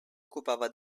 occupava